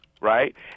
right